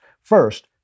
First